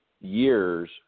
years